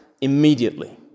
immediately